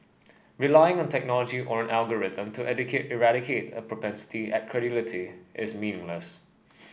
relying on technology or an algorithm to eradicate a propensity at credulity is meaningless